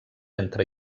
entre